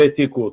והעתיקו אותו,